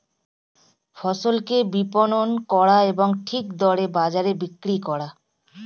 ফসলকে বিপণন করা এবং ঠিক দরে বাজারে বিক্রি করা